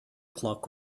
clock